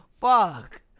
Fuck